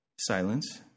silence